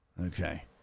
Okay